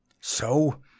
So